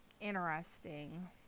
interesting